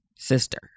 Sister